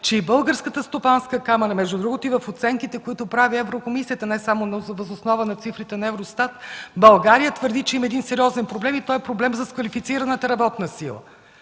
че и Българската стопанска камара, а между другото и в оценките, които прави Европейската комисия – не само въз основа на цифрите на Евростат, България твърди, че има един сериозен проблем и това е проблемът с квалифицираната работна сила.